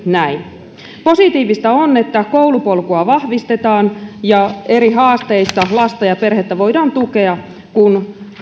näin positiivista on että koulupolkua vahvistetaan ja eri haasteissa lasta ja perhettä voidaan tukea kun